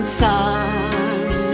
sun